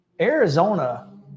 Arizona